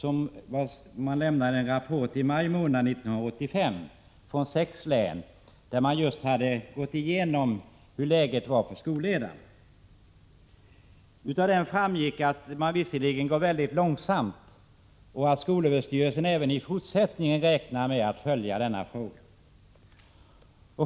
I maj månad 1985 lämnades en rapport från sex län, där man just hade undersökt läget beträffande skolledarna. Av rapporten framgick att det går mycket långsamt och att skolöverstyrelsen även i fortsättningen räknar med att följa denna fråga.